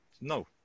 no